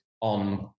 on